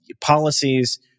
policies